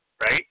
Right